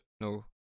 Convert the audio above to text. No